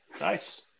Nice